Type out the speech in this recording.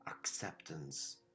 acceptance